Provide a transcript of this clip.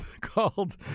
called